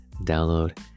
download